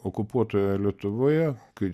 okupuotoje lietuvoje kai